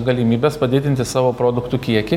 galimybes padidinti savo produktų kiekį